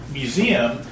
museum